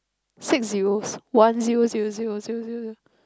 six zeros one zero zero zero zero zero zero